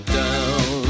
down